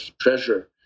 treasure